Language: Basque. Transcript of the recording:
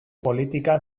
politika